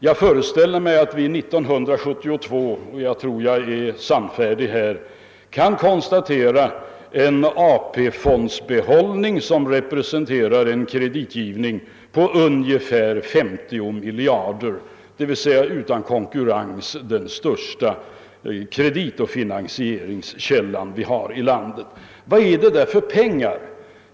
Jag föreställer mig att vi år 1972 kommer att ha en AP-fondbehållning som representerar en kreditgivning på ungefär 50 miljarder kronor, d.v.s. den utan konkurrens största kreditoch finansieringskälla vi har i landet. Vad är detta för pengar?